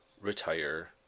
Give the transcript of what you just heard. Retire